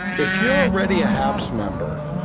if you're already a haps member,